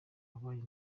wabaye